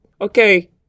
Okay